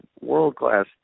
world-class